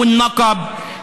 וא-נקב.